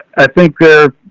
i think they're,